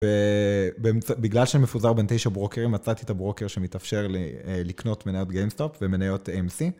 בגלל שאני מפוזר בין תשע ברוקרים, מצאתי את הברוקר שמתאפשר לי לקנות מניות GameStop ומניות AMC.